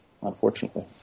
unfortunately